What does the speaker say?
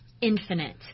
infinite